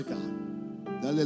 God